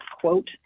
quote